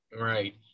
Right